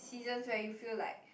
seasons where you feel like